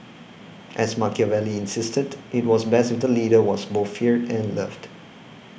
as Machiavelli insisted it was best if the leader was both feared and loved